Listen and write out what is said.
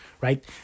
right